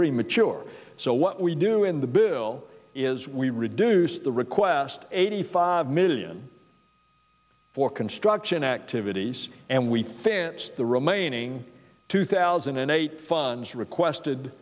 premature so what we do in the bill is we reduce the request eighty five million for construction activities and we fans the remaining two thousand and eight funds requested